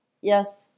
Yes